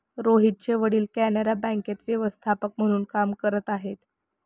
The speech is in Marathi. रोहितचे वडील कॅनरा बँकेत व्यवस्थापक म्हणून काम करत आहे